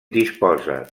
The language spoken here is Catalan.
disposa